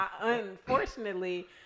unfortunately